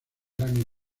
grammy